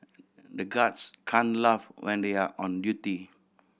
the guards can't laugh when they are on duty